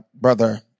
brother